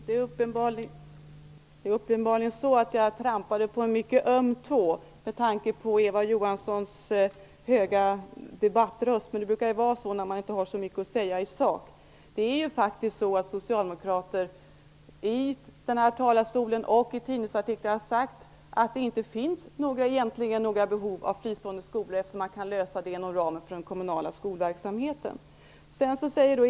Herr talman! Eva Johanssons höga debattröst visar att jag uppenbarligen trampade på en mycket öm tå. Men rösten brukar ju bli högre när man inte har så mycket att säga i sak. Det är faktiskt så att socialdemokrater i den här talarstolen och i tidningsartiklar har sagt att det egentligen inte finns några behov av fristående skolor, eftersom man kan tillgodose de behoven inom ramen för den kommunala skolverksamheten.